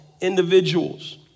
individuals